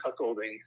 cuckolding